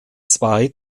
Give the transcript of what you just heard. zwei